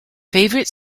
favorite